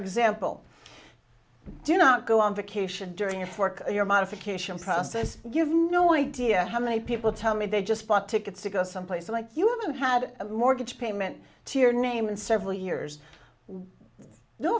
example do not go on vacation during your fork your modification process you have no idea how many people tell me they just bought tickets to go someplace like you haven't had a mortgage payment to your name in several years no